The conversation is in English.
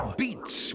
beats